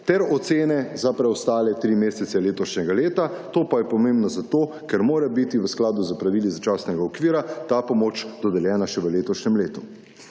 ter ocene za preostale tri mesece letošnjega leta. To pa je pomembno zato, ker mora biti v skladu s pravili začasnega okvira, ta pomoč dodeljena še v letošnjem letu.